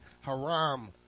haram